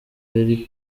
yari